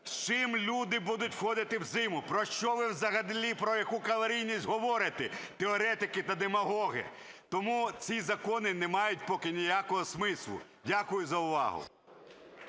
З чим люди будуть входити в зиму? Про що ви взагалі, про яку калорійність говорите, теоретики та демагоги? Тому ці закони не мають поки ніякого смислу. Дякую за увагу.